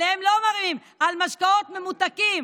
עליהם לא מעלים, על משקאות ממותקים,